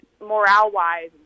morale-wise